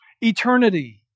eternity